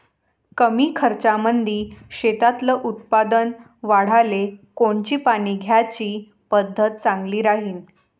कमी खर्चामंदी शेतातलं उत्पादन वाढाले कोनची पानी द्याची पद्धत चांगली राहीन?